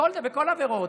בכל העבירות.